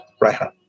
right